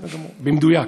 במדויק,